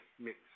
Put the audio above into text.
mix